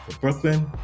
Brooklyn